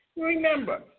Remember